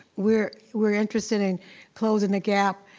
we're we're interested in closing the gap.